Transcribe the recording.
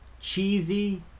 cheesy